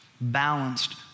balanced